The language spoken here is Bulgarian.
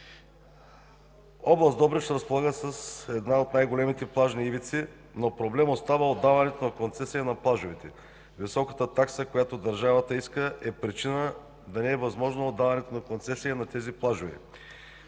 Област Добрич разполага с една от най-големите плажни ивици, но проблем остава отдаването на концесия на плажовете. Високата такса, която държавата иска, е причина да не е възможно отдаването на концесия на тези плажове.